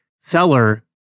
seller